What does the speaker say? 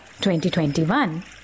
2021